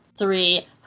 Three